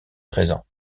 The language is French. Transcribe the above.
présent